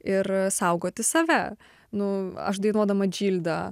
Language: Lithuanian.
ir saugoti save nu aš dainuodama džildą